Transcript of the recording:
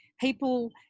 people